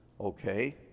Okay